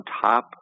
top